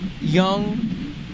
young